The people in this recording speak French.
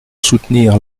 soutenir